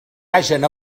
hagen